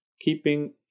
keeping